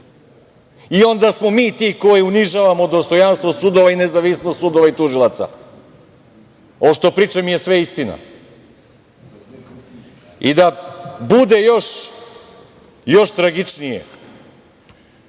I onda smo mi ti koji unižavamo dostojanstvo sudova i nezavisnost sudova i tužilaca. Ovo što pričam je sve istina. Da bude još tragičnije,